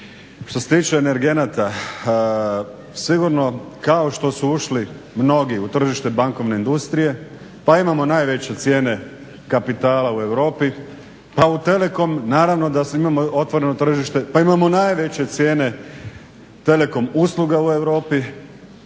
Što se tiče energenata. Sigurno kao što su ušli mnogi u tržište bankovne industrije, pa imamo najveće cijene kapitala u Europi, pa u TELECOM. Naravno da imamo